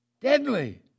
deadly